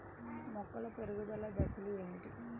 మొక్కల పెరుగుదల దశలు ఏమిటి?